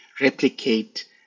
replicate